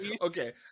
okay